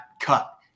cut